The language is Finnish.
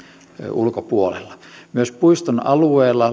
ulkopuolella myös puiston alueella